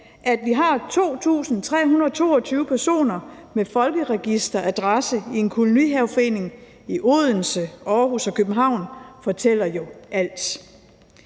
At vi har 2.322 personer med folkeregisteradresse i en kolonihaveforening i Odense, Aarhus og København fortæller jo alt.